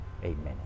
Amen